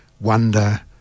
wonder